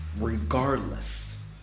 regardless